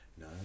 No